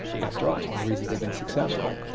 after all, it's one of the reasons they've been successful.